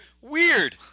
Weird